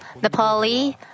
Nepali